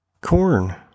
corn